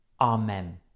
amen